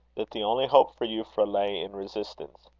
that the only hope for euphra lay in resistance.